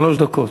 שלוש דקות.